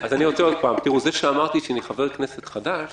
שוב זה שאמרתי שאני חבר כנסת חדש